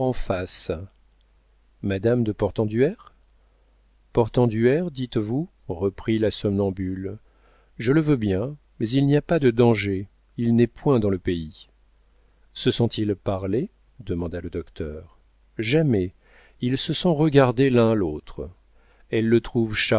en face madame de portenduère portenduère dites-vous reprit la somnambule je le veux bien mais il n'y a pas de danger il n'est point dans le pays se sont-ils parlé demanda le docteur jamais ils se sont regardés l'un l'autre elle le